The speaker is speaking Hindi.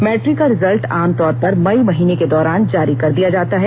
मैट्रिक का रिजल्ट आमतौर पर मई महीने के दौरान जारी कर दिया जाता है